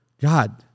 God